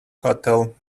hotel